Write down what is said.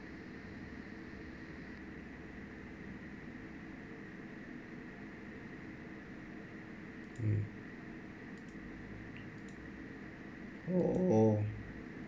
mm oh